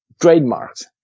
trademarks